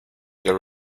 their